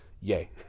yay